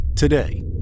Today